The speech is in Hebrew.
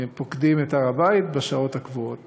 פוקדים את הר הבית בשעות הקבועות.